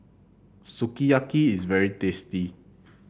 sukiyaki is very tasty